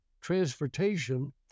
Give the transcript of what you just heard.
transportation